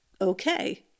okay